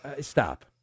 Stop